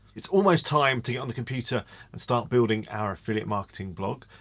it's almost time to get on the computer and start building our affiliate marketing blog.